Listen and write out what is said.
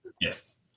Yes